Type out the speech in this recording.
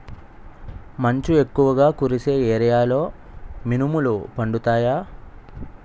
మంచు ఎక్కువుగా కురిసే ఏరియాలో మినుములు పండుతాయా?